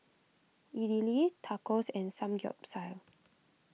Idili Tacos and Samgeyopsal